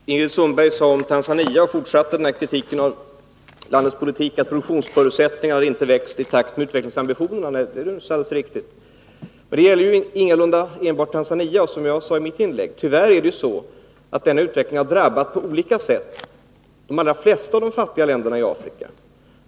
Fru talman! Ingrid Sundberg talade om Tanzania och fortsatte kritiken av landets politik, nämligen att produktionsförutsättningarna inte har växt i takt med utvecklingsambitionerna. Det är naturligtvis alldeles riktigt. Det gäller ingalunda enbart Tanzania, som jag sade i mitt inlägg. Tyvärr är det så att denna utveckling på olika sätt har drabbat de allra flesta av de fattiga länderna i Afrika.